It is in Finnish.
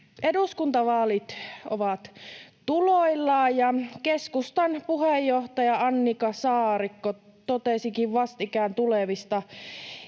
eduskuntavaalit ovat tuloillaan, ja keskustan puheenjohtaja Annika Saarikko totesikin vastikään tulevista